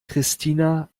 christina